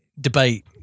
debate